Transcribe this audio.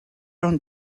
own